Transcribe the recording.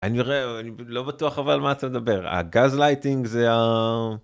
אני לא בטוח אבל מה אתה מדבר הגז לייטינג זה.